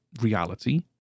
reality